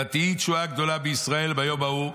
ותהי תשועה גדולה בישראל ביום ההוא.